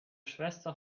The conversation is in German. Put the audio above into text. schwester